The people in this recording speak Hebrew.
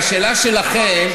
לשאלה שלכם,